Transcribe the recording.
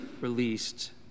released